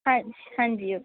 ਹਾਂਜੀ ਹਾਂਜੀ ਓਕੇ